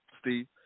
Steve